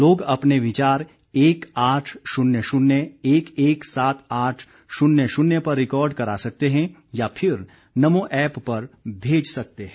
लोग अपने विचार एक आठ शून्य शून्य एक एक सात आठ शून्य शून्य पर रिकॉर्ड करा सकते हैं या फिर नमो ऐप पर भेज सकते हैं